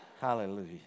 Hallelujah